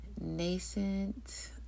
nascent